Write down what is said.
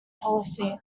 policy